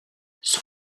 son